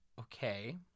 Okay